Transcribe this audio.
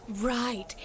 Right